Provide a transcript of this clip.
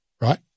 right